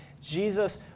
Jesus